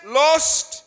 lost